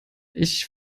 ich